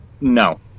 no